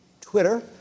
Twitter